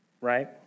right